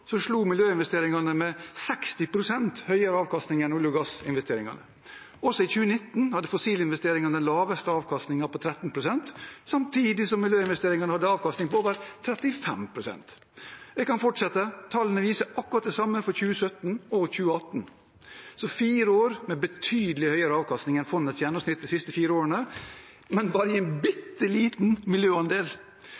miljøinvesteringene med 60 pst. høyere avkastning enn olje- og gassinvesteringene. Også i 2019 hadde fossilinvesteringene den laveste avkastningen, på 13 pst., samtidig som miljøinvesteringene hadde en avkastning på over 35 pst. Jeg kan fortsette – tallene viser akkurat det samme for 2017 og 2018, altså fire år med betydelig høyere avkastning enn fondets gjennomsnitt de siste fire årene, men bare en